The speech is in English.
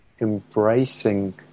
embracing